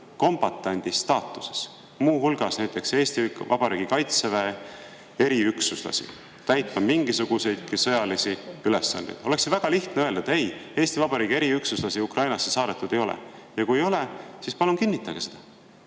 kombatandi staatuses näiteks Eesti Vabariigi Kaitseväe eriüksuslasi täitma mingisuguseid sõjalisi ülesandeid Ukrainas. Oleks ju väga lihtne öelda, et ei, Eesti Vabariigi eriüksuslasi Ukrainasse saadetud ei ole. Ja kui ei ole, siis palun kinnitage seda.